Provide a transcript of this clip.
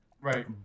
Right